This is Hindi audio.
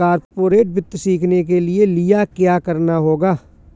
कॉर्पोरेट वित्त सीखने के लिया क्या करना होगा